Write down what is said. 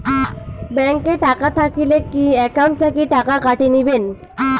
Bank এ টাকা থাকিলে কি একাউন্ট থাকি টাকা কাটি নিবেন?